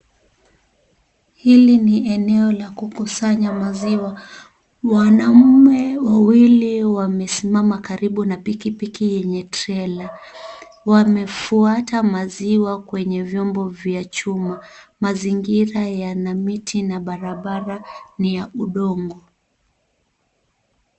Hili ni eneo la kukusanya maziwa. Wanaume wawili wamesimama karibu na pikipiki yenye trela. Wamefuata maziwa kwenye vyombo vya chuma. Mazingira yana miti na barabara ni ya udongo.